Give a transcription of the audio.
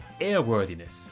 Airworthiness